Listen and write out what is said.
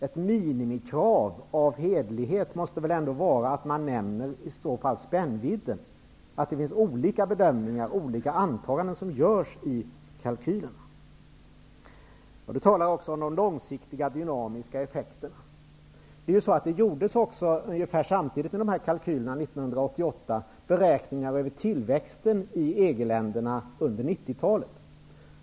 Ett minimikrav när det gäller hederligheten är väl ändå att man i så fall nämner spännvidden, dvs. att det görs olika bedömningar och antaganden i kalkylerna. Mats Hellström talar också om de långsiktiga dynamiska effekterna. 1988, ungefär samtidigt med de här kalkylerna, gjordes beräkningar beträffande tillväxten i EG-länderna under 90-talet.